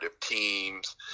teams